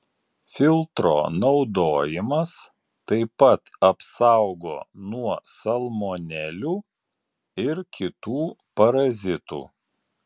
filtro naudojimas taip pat apsaugo nuo salmonelių ir kitų parazitų